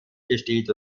gesteht